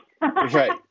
Right